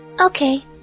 Okay